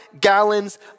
gallons